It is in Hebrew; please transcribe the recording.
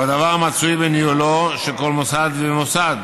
והדבר מצוי בניהולו של כל מוסד ומוסד.